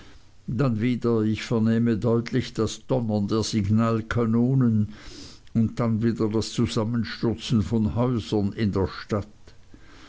dann wieder ich vernähme deutlich das donnern der signalkanonen und dann wieder das zusammenstürzen von häusern in der stadt